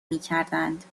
میکردند